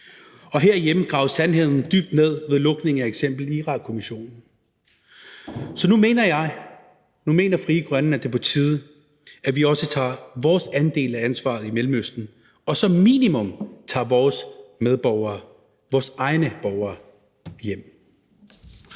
og herhjemme gravet sandheden dybt ned ved lukning af f.eks. Irak- og Afghanistankommissionen. Så nu mener Frie Grønne, at det er på tide, at vi også tager vores andel af ansvaret i Mellemøsten og som minimum tager vores medborgere, vores egne borgere, hjem.